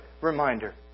reminder